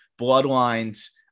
bloodlines